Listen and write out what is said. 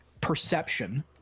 perception